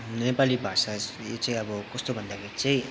नेपाली भाषा यो चाहिँ अब कस्तो भन्दाखेरि चाहिँ